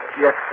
Yes